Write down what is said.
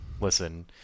listen